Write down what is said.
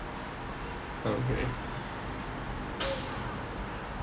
okay